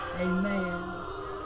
amen